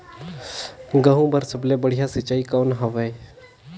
गहूं बर सबले बढ़िया सिंचाई कौन हवय?